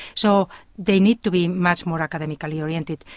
so they need to be much more academically orientated.